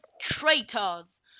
traitors